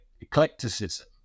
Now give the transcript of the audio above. eclecticism